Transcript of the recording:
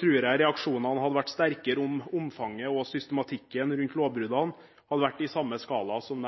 tror jeg reaksjonene hadde vært sterkere – om omfanget og systematikken rundt lovbruddene hadde vært i samme skala som